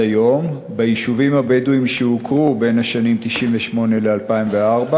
היום ביישובים הבדואיים שהוכרו בין 1998 ל-2004?